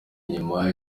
inyuma